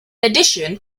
addition